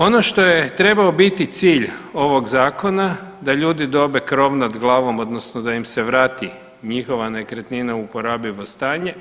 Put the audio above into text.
Ono što je trebao biti cilj ovog Zakona, da ljudi dobe krov nad glavom, odnosno da ih se vrati njihova nekretnina u uporabljivo stanje,